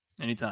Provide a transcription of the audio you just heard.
Anytime